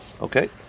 Okay